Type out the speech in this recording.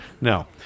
No